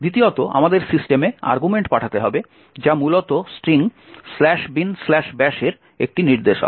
দ্বিতীয়ত আমাদের সিস্টেমে আর্গুমেন্ট পাঠাতে হবে যা মূলত স্ট্রিং binbash এর একটি নির্দেশক